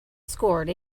scored